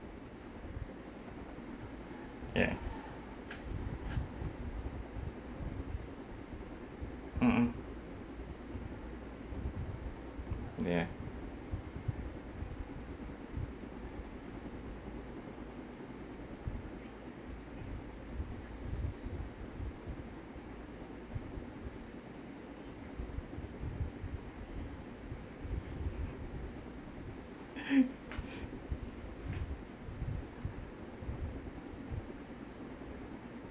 ya mmhmm ya